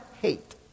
hate